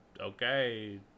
Okay